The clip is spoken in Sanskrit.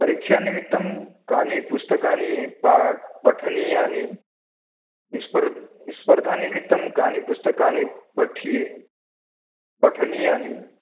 परीक्षानिमित्तं कानि पुस्तकानि पा पठनियानि स्पर् स्पर्धानिमित्तं कानि पुस्तकानि पठिये पठनीयानि